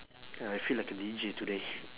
ya I feel like a deejay today